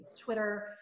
Twitter